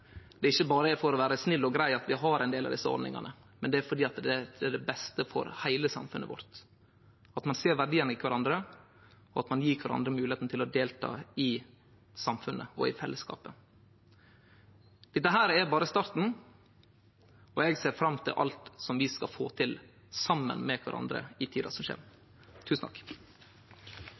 ikkje berre er for å vere snill og grei at vi har ein del av desse ordningane. Det er fordi det er det beste for heile samfunnet vårt – at ein ser verdiane i kvarandre, og at ein gjev kvarandre moglegheita til å delta i samfunnet og i fellesskapet. Dette er berre starten. Eg ser fram til alt som vi skal få til saman med kvarandre i tida som